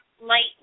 light